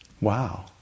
Wow